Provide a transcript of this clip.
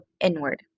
inward